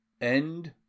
End